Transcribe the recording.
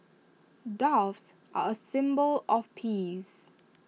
doves are A symbol of peace